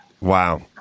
Wow